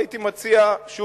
הייתי מציע שוב,